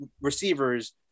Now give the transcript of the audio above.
receivers